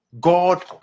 God